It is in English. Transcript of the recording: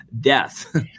death